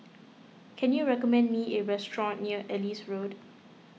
can you recommend me a restaurant near Ellis Road